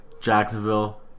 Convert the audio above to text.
Jacksonville